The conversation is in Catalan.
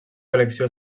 col·lecció